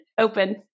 Open